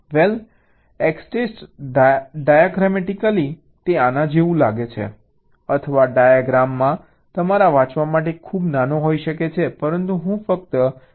વેલ EXTEST diagrammatically તે આના જેવું લાગે છે અથવા ડાયાગ્રામ તમારા વાંચવા માટે ખૂબ નાનો હોઈ શકે છે પરંતુ હું ફક્ત આ સ્ટેપં સમજાવીશ